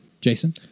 Jason